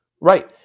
right